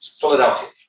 Philadelphia